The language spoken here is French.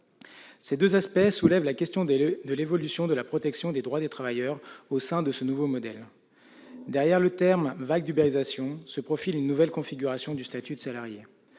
Ces deux aspects soulèvent la question de l'évolution de la protection des droits des travailleurs au sein de ce nouveau modèle. Derrière le terme vague « ubérisation » se profile une nouvelle configuration du statut de salarié.